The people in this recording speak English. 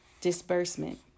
disbursement